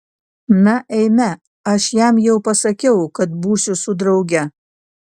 na eime aš jam jau pasakiau kad būsiu su drauge